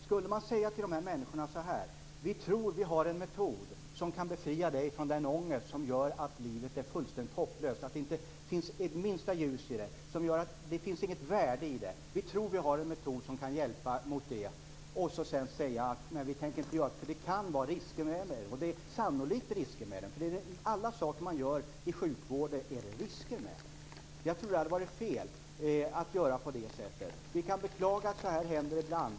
Om man hade sagt till dessa människor att man trodde att man hade en metod som kunde befria dem från den ångest som gjorde att livet var fullständigt hopplöst för dem, där det inte fanns minsta ljus eller värde, och att man sedan hade sagt att man inte tänkte använda denna metod på dessa människor på grund av att den kunde medföra risker och att den sannolikt medförde risker - allt man gör inom sjukvården innebär risker - tror jag att det hade varit fel att göra på det sättet. Vi kan beklaga att sådana här saker händer ibland.